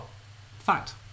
Fact